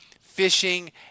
fishing